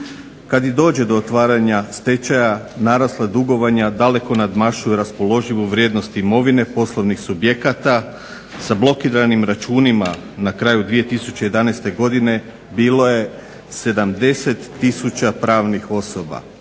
Kad i dođe do otvaranja stečaja narasla dugovanja daleko nadmašuju raspoloživu vrijednost imovine poslovnih subjekata. Sa blokiranim računima na kraju 2011. godine bilo je 70000 pravnih osoba,